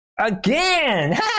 Again